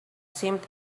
seemed